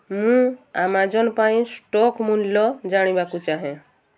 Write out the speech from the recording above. ମୁଁ ଆମାଜନ୍ ପାଇଁ ଷ୍ଟକ୍ ମୂଲ୍ୟ ଜାଣିବାକୁ ଚାହେଁ